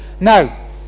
Now